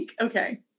okay